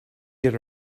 get